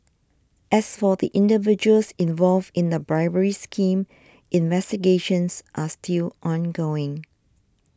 as for the individuals involved in the bribery scheme investigations are still ongoing